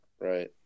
Right